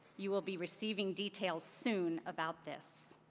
you will be receiving details soon about this.